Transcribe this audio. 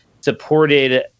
supported